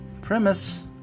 premise